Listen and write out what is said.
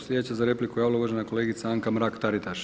Sljedeća se za repliku javila uvažena kolegica Anka Mrak-Taritaš.